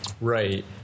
Right